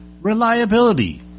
reliability